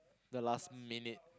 the last minute